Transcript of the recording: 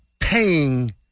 Paying